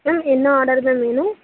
ma'am என்ன order ma'am வேணும்